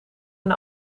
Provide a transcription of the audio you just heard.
een